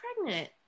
pregnant